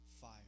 fire